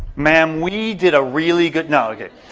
ma'am, we did a really good-no, okay.